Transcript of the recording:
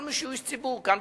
שהוא איש ציבור, גם בכנסת: